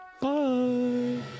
Bye